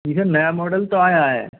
जी sir नया model तो आया है